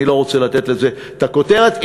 ואני לא רוצה לתת לזה את הכותרת,